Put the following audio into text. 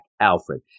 Alfred